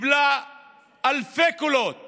שקיבלה אלפי קולות